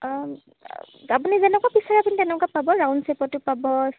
আপুনি যেনেকুৱা বিচাৰে আপুনি তেনেকুৱা পাব ৰাউণ্ড চেপতো পাব